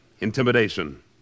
intimidation